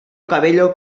cabello